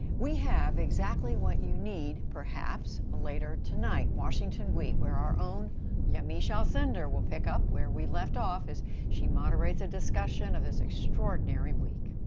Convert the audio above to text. we have exactly what you need, perhaps, ah later tonight, washington week, where our own yamiche alcindor will pick up where we left off, as she moderates a discussion of this extraordinary week.